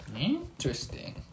Interesting